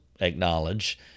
acknowledge